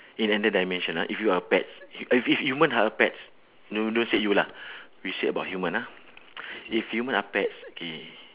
in another dimension ah if you are a pets every human are a pets don't don't say you lah we say about human ah if human are pets K